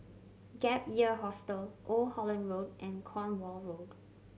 Gap Year Hostel Old Holland Road and Cornwall Road